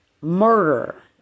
Murder